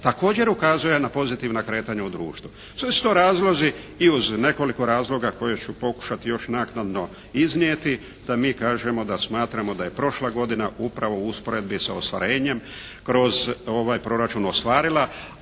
također ukazuje na pozitivna kretanja u društvu. Sve su to razlozi i uz nekoliko razloga koje ću pokušati još naknadno iznijeti da mi kažemo da smatramo da je prošla godina upravo u usporedbi sa ostvarenjem kroz ovaj proračun ostvarila.